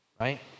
Right